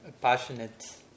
passionate